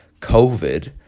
COVID